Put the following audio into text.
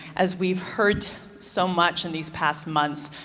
as we've heard so much in these past months,